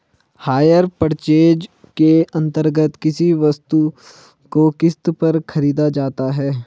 higher purchase के अंतर्गत किसी वस्तु को किस्त पर खरीदा जाता है